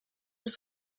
haut